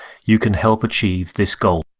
you can help achieve this goal.